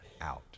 out